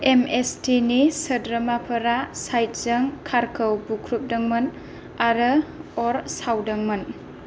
MST नि सोद्रोमाफोरा साइदजों कारखौ बुख्रुबदोंमोन आरो अर सावदोंमोन